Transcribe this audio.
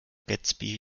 gadsby